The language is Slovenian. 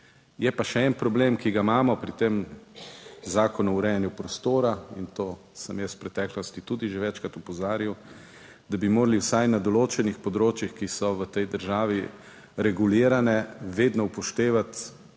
Je pa še en problem, ki ga imamo pri tem Zakonu o urejanju prostora, in to sem jaz v preteklosti tudi že večkrat opozarjal, da bi morali vsaj na določenih področjih, ki so v tej državi regulirane, vedno upoštevati